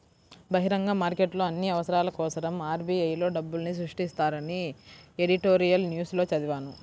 బహిరంగ మార్కెట్లో అన్ని అవసరాల కోసరం ఆర్.బి.ఐ లో డబ్బుల్ని సృష్టిస్తారని ఎడిటోరియల్ న్యూస్ లో చదివాను